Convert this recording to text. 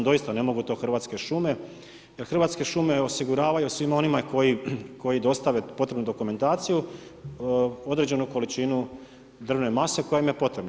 Doista, ne mogu to Hrvatske šume, jer Hrvatske šume osiguravaju svima onima koji dostave potrebnu dokumentaciju određenu količinu drvne mase koja ima je potrebna.